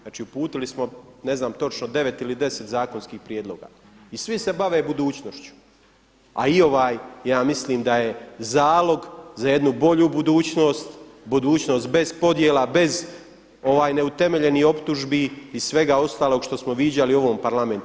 Znači uputili smo ne znam točno 9 ili 10 zakonskih prijedloga i svi se bave budućnošću, a i ovaj ja mislim da je zalog za jednu bolju budućnost, budućnost bez podjela, bez neutemeljenih optužbi i svega ostalog što smo viđali u ovom Parlamentu.